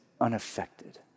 unaffected